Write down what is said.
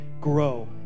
grow